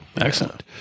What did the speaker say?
Excellent